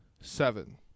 seven